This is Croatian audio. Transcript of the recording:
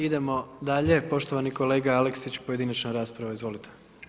Idemo dalje, poštovani kolega Aleksić, pojedinačna rasprava, izvolite.